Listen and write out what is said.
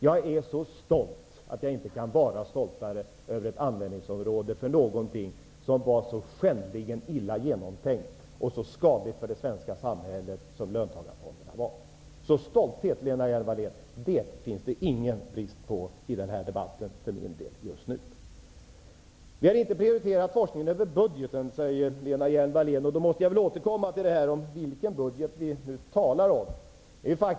Jag är så stolt att jag inte kan vara stoltare över ett användningsområde för någonting som var så skändligen illa genomtänkt och så skadligt för det svenska samhället som löntagarfonderna. Stolthet finns det just nu ingen brist på i denna debatt för min del, Lena Hjelm Lena Hjelm-Wallén säger att vi inte har prioriterat forskningen över budgeten. Då måste vi klarlägga vilken budget vi talar om.